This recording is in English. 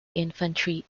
infantry